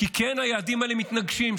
כי כן, היעדים האלה מתנגשים.